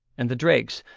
and the drakes,